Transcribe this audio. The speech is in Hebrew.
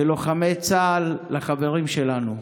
כלוחמי צה"ל לחברים שלנו?